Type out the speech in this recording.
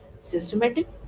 systematic